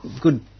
good